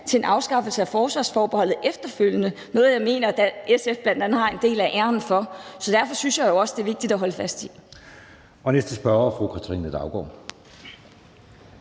til en afskaffelse af forsvarsforbeholdet efterfølgende – noget, jeg mener at SF bl.a. har en del af æren for. Derfor synes jeg jo også, det er vigtigt at holde fast i.